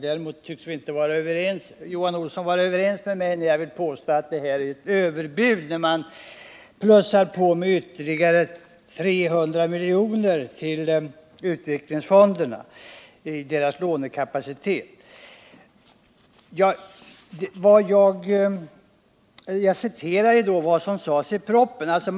Däremot tycks inte Johan Olsson hålla med mig om att det är ett överbud när man vill öka utvecklingsfondernas lånekapacitet med ytterligare 300 miljoner. Jag citerade vad som sades i småföretagarpropositionen.